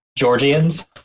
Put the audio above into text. Georgians